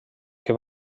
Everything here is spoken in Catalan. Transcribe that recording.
que